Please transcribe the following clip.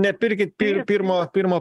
nepirkit pirmo pirmo